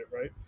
right